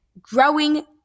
growing